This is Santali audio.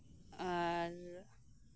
ᱟᱨ